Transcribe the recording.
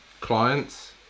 clients